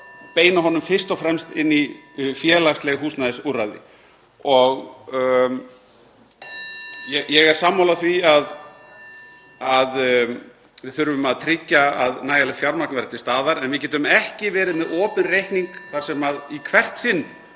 beina honum fyrst og fremst inn í félagsleg húsnæðisúrræði. Ég er sammála því að við þurfum að tryggja að nægilegt fjármagn verði til staðar. (Forseti hringir.) En við getum ekki verið með opinn reikning þannig að í hvert sinn